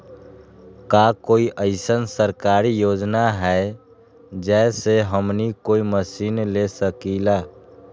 का कोई अइसन सरकारी योजना है जै से हमनी कोई मशीन ले सकीं ला?